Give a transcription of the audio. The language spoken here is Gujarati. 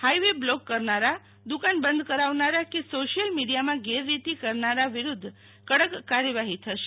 હાઈવે બ્લોક કરનારાદુકાન બંધ કરાવનારા કે સોશિયલ મીડિયામાં ગેરરીતિ કરનાના વિરૂધ્ય કડક કાર્યેલાફી થશે